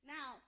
Now